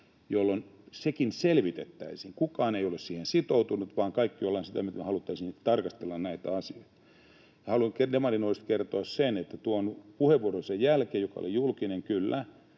jolloin sekin selvitettäisiin. Kukaan ei ole siihen sitoutunut, vaan kaikki olemme sitä mieltä, että me haluttaisiin tarkastella näitä asioita. Haluan Demarinuorista kertoa sen, että tuon puheenvuoronsa jälkeen, joka oli julkinen kyllä,